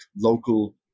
local